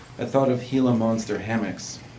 i thought of gila monster hammocks.